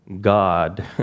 God